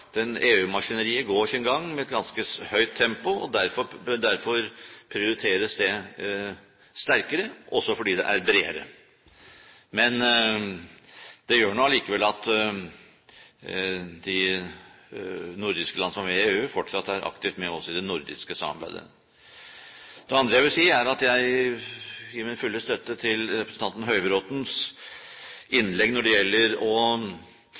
går sin gang med et ganske høyt tempo, og derfor prioriteres det sterkere, også fordi det er bredere. Det gjør nå allikevel at de nordiske landene som er med i EU, fortsatt er aktivt med i det nordiske samarbeidet. Det andre jeg vil si, er at jeg gir min fulle støtte til representanten Høybråtens innlegg når det gjelder å